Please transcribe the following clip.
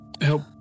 help